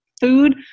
food